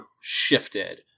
shifted